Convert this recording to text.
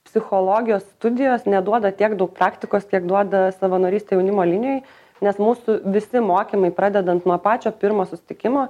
psichologijos studijos neduoda tiek daug praktikos kiek duoda savanorystė jaunimo linijoj nes mūsų visi mokymai pradedant nuo pačio pirmo susitikimo